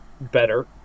better